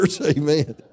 amen